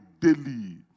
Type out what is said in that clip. daily